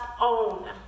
own